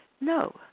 No